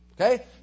Okay